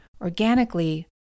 organically